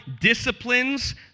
disciplines